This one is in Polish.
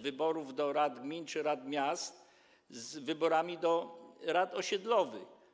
wyborów do rad gmin czy rad miast z wyborami do rad osiedlowych.